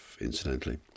incidentally